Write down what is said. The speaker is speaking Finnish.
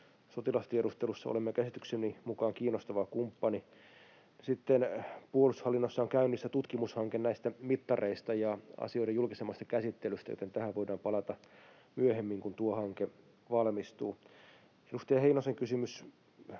Sotilastiedustelussa olemme käsitykseni mukaan kiinnostava kumppani. Sitten puolustushallinnossa on käynnissä tutkimushanke näistä mittareista ja asioiden julkisemmasta käsittelystä, joten tähän voidaan palata myöhemmin, kun tuo hanke valmistuu. Edustaja Heinosen kysymykseen: